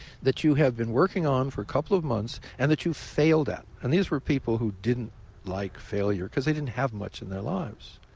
that you have been working on for a couple of months and that you've failed at. and these were people who didn't like failure because they didn't have much in their lives.